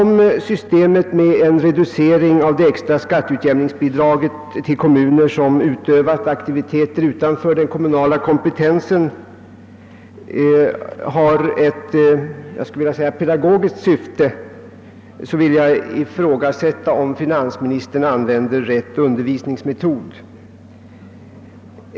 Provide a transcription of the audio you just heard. Om systemet med en reducering av det extra skatteutjämningsbidraget till kommuner som utövat aktiviteter utanför den kommunala kompetensen har ett pedagogiskt syfte, ifrågasätter jag om finansministern använder den rätta undervisningsmetoden.